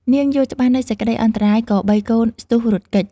នាងយល់ច្បាស់នូវសេចក្ដីអន្តរាយ ក៏បីកូនស្ទុះរត់គេច ។